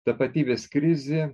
tapatybės krizė